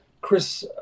Chris